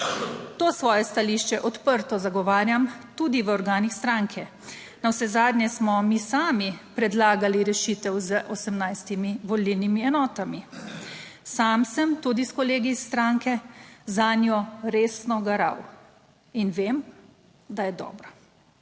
To svoje stališče odprto zagovarjam tudi v organih stranke. Navsezadnje smo mi sami predlagali rešitev z 18 volilnimi enotami. Sam sem tudi s kolegi iz stranke zanjo resno garal in vem, da je dobra."